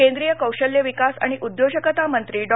केंद्रीय कौशल्य विकास आणि उद्योजकता मंत्री डॉ